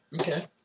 Okay